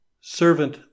servant